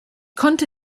konnte